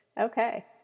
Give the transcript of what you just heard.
Okay